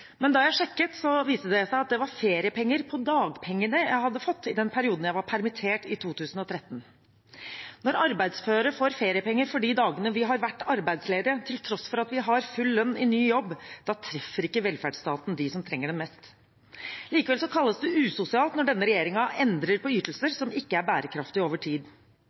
Men da jeg sjekket, viste det seg at det var feriepenger på dagpengene jeg hadde fått i den perioden jeg var permittert i 2013. Når arbeidsføre får feriepenger for de dagene vi har vært arbeidsledige, til tross for at vi har full lønn i ny jobb, da treffer ikke velferdsstaten dem som trenger den mest. Likevel kalles det usosialt når denne regjeringen endrer på ytelser som ikke er bærekraftige over tid.